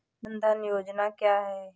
जनधन योजना क्या है?